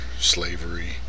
slavery